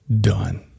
done